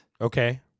Okay